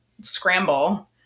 scramble